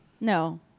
No